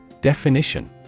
Definition